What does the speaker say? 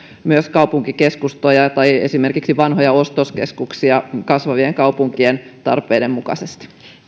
myös kaupunkikeskustoja tai esimerkiksi vanhoja ostoskeskuksia kasvavien kaupunkien tarpeiden mukaisesti